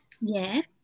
yes